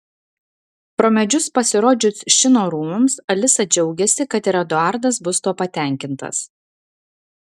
pro medžius pasirodžius šino rūmams alisa džiaugiasi kad ir eduardas bus tuo patenkintas